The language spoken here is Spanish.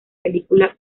película